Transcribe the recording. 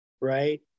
right